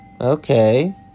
Okay